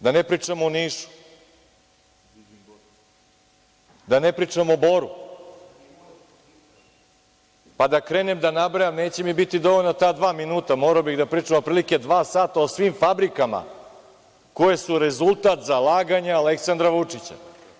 Da ne pričam o Nišu, da ne pričam o Boru, pa da krenem da nabrajam, neće mi biti dovoljna ta dva minuta, morao bih da pričam otprilike dva sata o svim fabrikama koje su rezultat zalaganja Aleksandra Vučića.